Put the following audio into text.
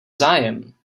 zájem